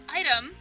item